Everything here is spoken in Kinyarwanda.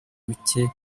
bucye